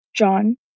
John